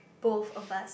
both of us